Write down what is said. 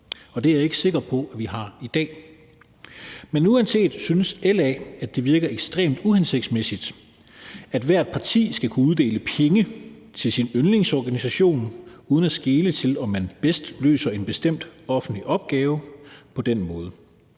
Og det er jeg ikke sikker på at vi har i dag. Men uanset hvad synes LA, at det virker ekstremt uhensigtsmæssigt, at hvert parti skal kunne uddele penge til sin yndlingsorganisation uden at skele til, om man bedst løser en bestemt offentlig opgave på den måde.